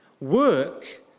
work